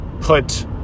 put